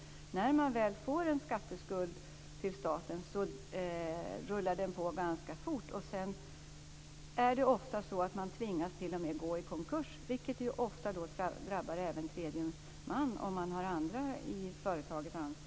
När man väl fått en skatteskuld till staten rullar den vidare ganska fort. Man tvingas ofta t.o.m. gå i konkurs. Detta drabbar många gånger också tredje man, om man har anställda i företaget.